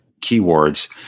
keywords